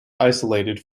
isolated